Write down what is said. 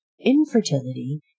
infertility